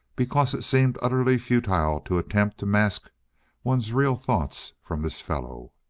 because it seemed utterly futile to attempt to mask one's real thoughts from this fellow.